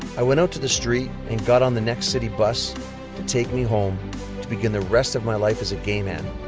i went out to the street and got on the next city bus to take me home to begin the rest of my life as a gay man.